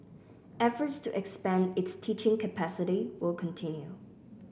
efforts to expand its teaching capacity will continue